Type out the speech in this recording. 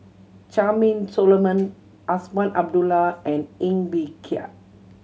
Charmaine Solomon Azman Abdullah and Ng Bee Kia